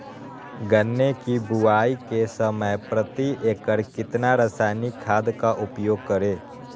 गन्ने की बुवाई के समय प्रति एकड़ कितना रासायनिक खाद का उपयोग करें?